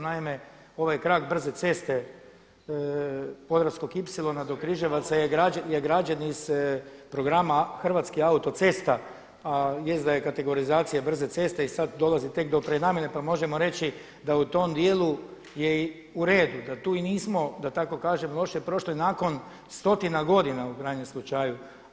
Naime, ovaj krak brze ceste podravskog ipsilona do Križevaca je građen iz programa Hrvatskih autocesta, a jest da je kategorizacija brze ceste i sada dolazi tek do prenamjene pa možemo reći da u tom dijelu je i uredu, da tu i nismo da tako kažem loše prošli nakon stotina godina u krajnjem slučaju.